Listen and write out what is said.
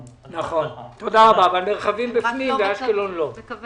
שזה אעבלין וכאוכב